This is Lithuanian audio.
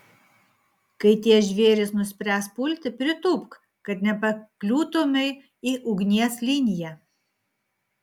kai tie žvėrys nuspręs pulti pritūpk kad nepakliūtumei į ugnies liniją